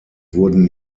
wurden